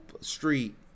street